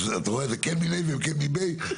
אתה רואה, זה כן מִנֵּהּ וכן מבֵהּ.